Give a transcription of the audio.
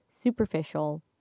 superficial